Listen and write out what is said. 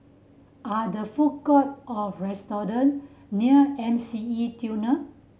are there food court or restaurant near M C E Tunnel